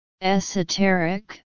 esoteric